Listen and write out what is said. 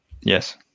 yes